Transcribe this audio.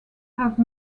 have